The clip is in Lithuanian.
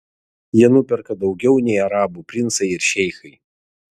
jie nuperka daugiau nei arabų princai ir šeichai